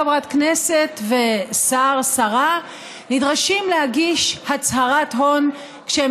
חברת כנסת ושר או שרה נדרשים להצהיר הצהרת הון כשהן